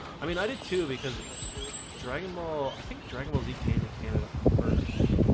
i mean i did too because dragon ball i think dragon ball z came to canada first,